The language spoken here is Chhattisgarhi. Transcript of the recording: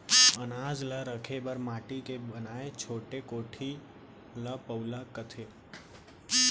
अनाज ल रखे बर माटी के बनाए छोटे कोठी ल पउला कथें